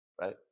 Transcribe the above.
right